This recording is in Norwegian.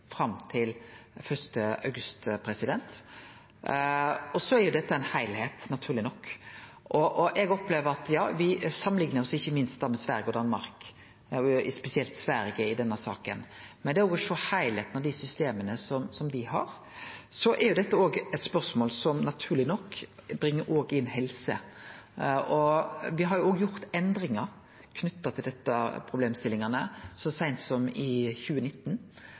til 1. august. Dette er ein heilskap, naturleg nok, og eg opplever at me samanliknar oss ikkje minst med Sverige og Danmark – spesielt Sverige – i denne saka, men me må sjå heilskapen i dei systema me har. Det er òg eit spørsmål som naturleg nok bringar inn helse. Me har gjort endringar knytte til desse problemstillingane så seint som i 2019.